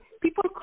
people